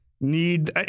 need